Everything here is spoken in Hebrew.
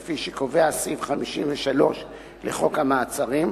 כפי שקובע סעיף 53 לחוק המעצרים,